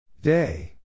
Day